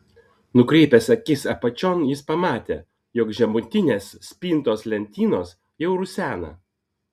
nukreipęs akis apačion jis pamatė jog žemutinės spintos lentynos jau rusena